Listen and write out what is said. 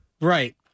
Right